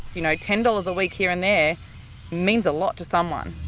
you know, ten dollars a week here and there means a lot to someone,